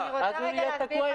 אז הוא יהיה תקוע.